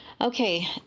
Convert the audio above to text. okay